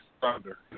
thunder